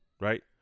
right